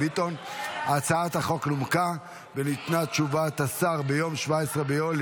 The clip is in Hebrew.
ותוסר מסדר-היום.